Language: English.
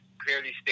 clearly